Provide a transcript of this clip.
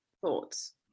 thoughts